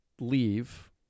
leave